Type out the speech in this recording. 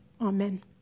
Amen